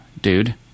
dude